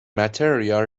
material